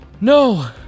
No